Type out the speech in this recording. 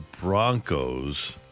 Broncos